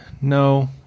No